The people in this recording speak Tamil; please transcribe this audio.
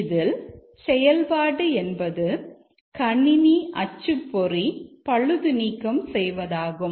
இதில் செயல்பாடு என்பது கணினி அச்சுப்பொறி பழுது நீக்கம் செய்வதாகும்